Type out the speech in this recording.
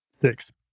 Six